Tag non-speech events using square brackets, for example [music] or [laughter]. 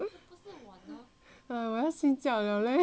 我要睡觉了 eh [laughs]